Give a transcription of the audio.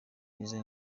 izo